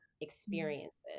experiences